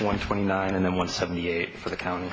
one twenty nine and then one seventy eight for the county